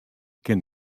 kin